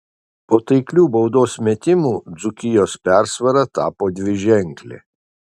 po taiklių baudos metimų dzūkijos persvara tapo dviženklė